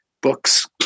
books